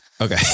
Okay